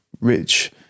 rich